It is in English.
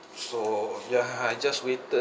so ya I just waited